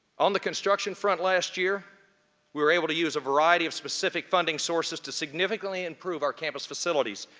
on the construction front last year we were able to use a variety of specific funding sources to significantly improve our campus facilities,